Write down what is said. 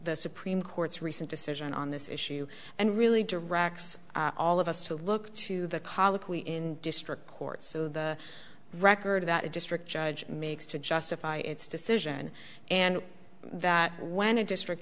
the supreme court's recent decision on this issue and really directs all of us to look to the colloquy in district court so the record that a district judge makes to justify its decision and that when a district